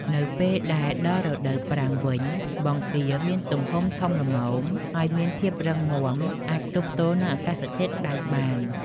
នៅពេលដែលដល់រដូវប្រាំងវិញ បង្គាមានទំហំធំល្មម ហើយមានភាពរឹងមាំអាចទប់ទល់នឹងអាកាសធាតុក្ដៅបាន។